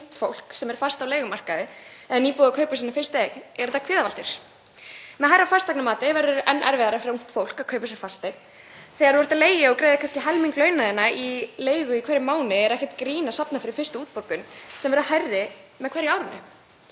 fólk í minni stöðu, ungt fólk sem er fast á leigumarkaði eða er nýbúið að kaupa sína fyrstu eign, er það kvíðavaldur. Með hærra fasteignamati verður enn erfiðara fyrir ungt fólk að kaupa sér fasteign. Þegar þú ert að leigja og greiðir kannski helming launa þinna í leigu í hverjum mánuði er ekkert grín að safna fyrir fyrstu útborgun sem verður hærri með hverju árinu.